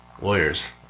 lawyers